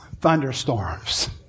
thunderstorms